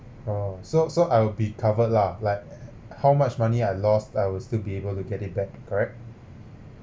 uh so so I'll be covered lah like how much money I lost I will still be able to get it back correct